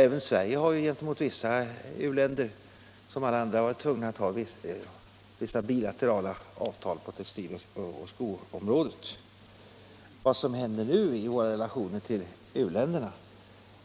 Även Sverige har som många andra länder sett sig tvunget att träffa vissa bilaterala avtal på textiloch skoområdet mot vissa u-länder. Vad som händer nu i våra relationer till u-länderna